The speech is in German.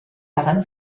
herren